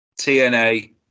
tna